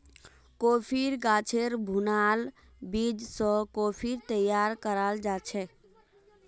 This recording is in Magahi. कॉफ़ीर गाछेर भुनाल बीज स कॉफ़ी तैयार कराल जाछेक